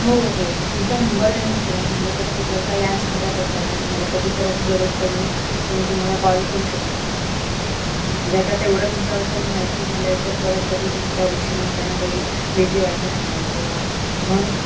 हो हो तुमचा नंबर देऊन ठेवा म्हणजे कसं जर का याच भागात असाल आणि मला कधी परत गरज पडली तर मी तुम्हाला कॉल करू शकते ना म्हणजे आता तेवढं तुमच्याबद्दल माहिती झालं आहे तर परत कधी तुमच्या रिक्षेने येताना काही भीती वाटणार नाही किंवा म्हणून